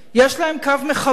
יש להם קו מחבר.